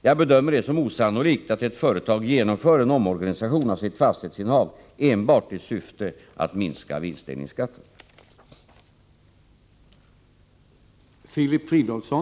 Jag bedömer det som osannolikt att ett företag genomför en omorganisation av sitt fastighetsinnehav enbart i syfte att minska vinstdelningsskatten.